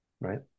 Right